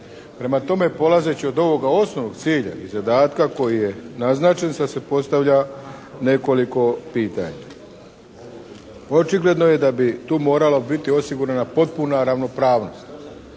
Prema tome polazeći od ovog osnovnog cilja i zadatka koji je naznačen, sada se postavlja nekoliko pitanja. Očigledno je da bi tu morala biti osigurana potpuna ravnopravnost